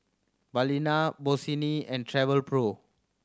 Balina Bossini and Travelpro